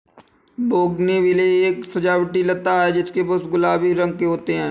bougainvillea एक सजावटी लता है जिसके पुष्प गुलाबी रंग के होते है